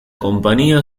compañía